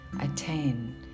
Attain